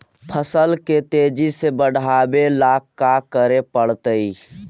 फसल के तेजी से बढ़ावेला का करे पड़तई?